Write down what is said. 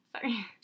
Sorry